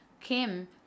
Kim